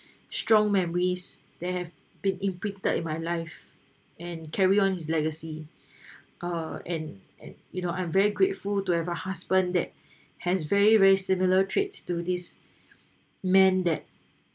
strong memories that have been inflicted in my life and carry on his legacy uh and and you know I'm very grateful to have a husband that has very very similar traits to this men that